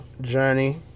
journey